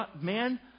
man